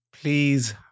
Please